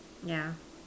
yeah